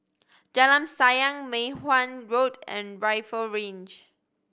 Jalan Sayang Mei Hwan Road and Rifle Range